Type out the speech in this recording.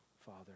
Father